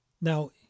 Now